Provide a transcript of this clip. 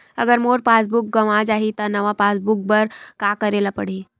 अगर मोर passbook गवां जाहि त नवा पास बुक बर का करे ल पड़हि?